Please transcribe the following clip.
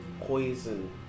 poison